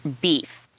beef